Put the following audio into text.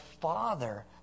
father